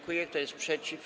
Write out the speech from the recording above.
Kto jest przeciw?